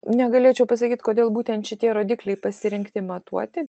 negalėčiau pasakyt kodėl būtent šitie rodikliai pasirinkti matuoti